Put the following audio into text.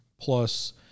plus